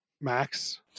Max